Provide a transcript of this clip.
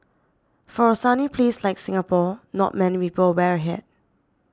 for a sunny place like Singapore not many people wear a hat